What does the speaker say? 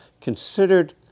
considered